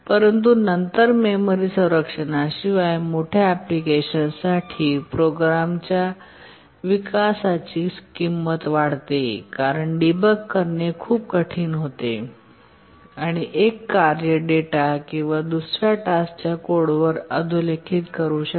परंतु नंतर मेमरी संरक्षणाशिवाय मोठ्या एप्लीकेशनसासाठी प्रोग्रामच्या विकासाची किंमत वाढते कारण डीबग करणे खूप कठीण होते आणि एक कार्य डेटा किंवा दुसर्या टास्कच्या कोडवर अधिलेखित करू शकते